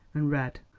and read.